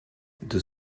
deux